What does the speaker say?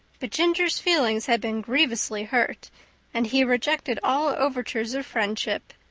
but ginger's feelings had been grievously hurt and he rejected all overtures of friendship.